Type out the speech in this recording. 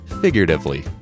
figuratively